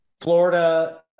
florida